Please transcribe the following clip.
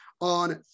on